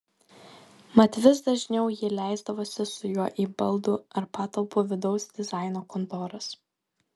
mat vis dažniau ji leisdavosi su juo į baldų ar patalpų vidaus dizaino kontoras